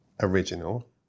original